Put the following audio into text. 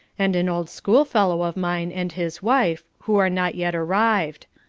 and an old schoolfellow of mine and his wife, who are not yet arrived.